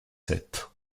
sept